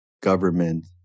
government